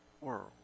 world